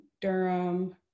Durham